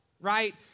right